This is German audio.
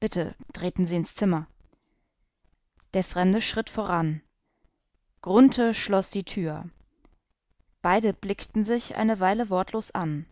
bitte treten sie in mein zimmer der fremde schritt voran grunthe schloß die tür beide blickten sich eine weile wortlos an